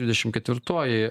dvidešim ketvirtoji